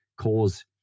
cause